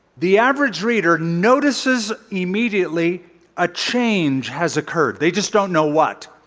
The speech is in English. the average reader notices immediately a change has occurred. they just don't know what.